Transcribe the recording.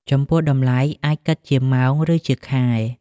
ចំពោះតម្លៃអាចគិតជាម៉ោង រឺជាខែ។